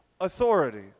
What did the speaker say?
authority